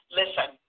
listen